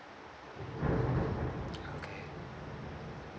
okay